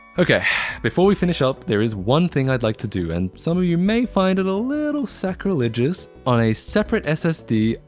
okay before we finish up, there is one thing i'd like to do, and some of you may find it a little sacrilegious. on a separate ssd.